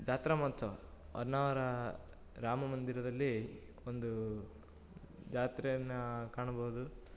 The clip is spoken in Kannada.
ಜಾತ್ರಾ ಮಹೋತ್ಸವ ಹೊನ್ನಾವರ ರಾಮಮಂದಿರದಲ್ಲಿ ಒಂದು ಜಾತ್ರೆಯನ್ನ ಕಾಣ್ಬೋದು